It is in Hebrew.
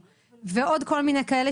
ועוד כל מיני כאלה